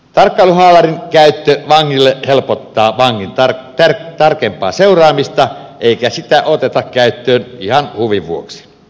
tarkkailuhaalarin käyttö helpottaa vangin tarkempaa seuraamista eikä sitä oteta käyttöön ihan huvin vuoksi